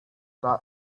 and